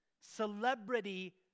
Celebrity